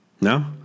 No